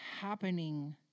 happening